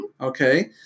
Okay